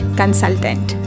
consultant